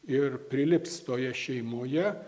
ir prilips toje šeimoje